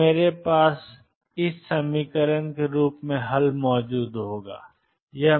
तो मेरे पास ik1A Bik2C होगा